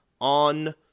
on